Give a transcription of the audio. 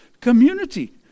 community